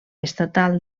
estatal